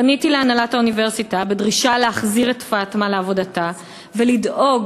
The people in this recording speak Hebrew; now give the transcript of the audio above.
פניתי להנהלת האוניברסיטה בדרישה להחזיר את פאטמה לעבודתה ולדאוג